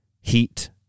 heat